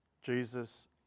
Jesus